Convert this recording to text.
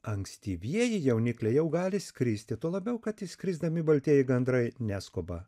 ankstyvieji jaunikliai jau gali skristi tuo labiau kad išskrisdami baltieji gandrai neskuba